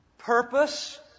Purpose